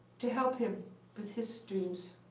to help him with his dreams.